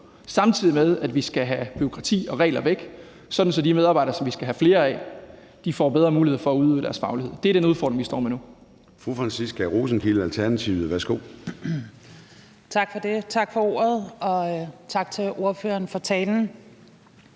samtidig med at vi skal have bureaukrati og regler væk, sådan at de medarbejdere, som vi skal have flere af, får bedre mulighed for at udøve deres faglighed. Det er den udfordring, vi står med nu. Kl. 09:40 Formanden (Søren Gade): Fru Franciska Rosenkilde, Alternativet. Værsgo. Kl. 09:40 Franciska Rosenkilde (ALT): Tak for ordet, og tak til ordføreren for talen.